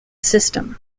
system